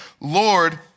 Lord